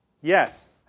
Yes